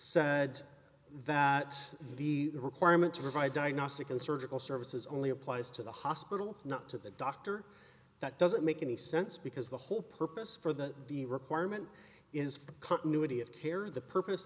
said that the requirement to provide diagnostic and surgical services only applies to the hospital not to the doctor that doesn't make any sense because the whole purpose for the the requirement is continuity of care the purpose